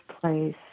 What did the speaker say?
place